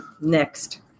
next